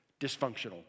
dysfunctional